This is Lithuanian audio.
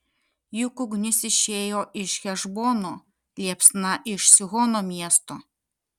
juk ugnis išėjo iš hešbono liepsna iš sihono miesto